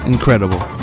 Incredible